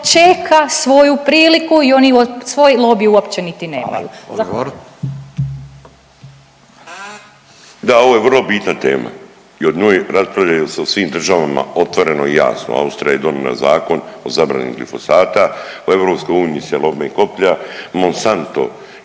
(Nezavisni)** Hvala. Odgovor. **Bulj, Miro (MOST)** Da, ovo je vrlo bitna tema i o njoj raspravljaju se u svim državama otvoreno i jasno, Austrija je donijela zakon o zabrani glifosata, u EU se lome koplja, Monsanto